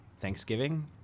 thanksgiving